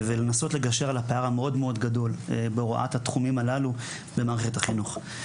ולנסות לגשר על הפער המאוד גדול בהוראת התחומים הללו במערכת החינוך.